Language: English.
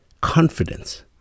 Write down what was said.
confidence